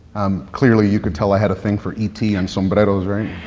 um clearly you could tell i had a thing for e t. and sombreros, right